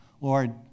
Lord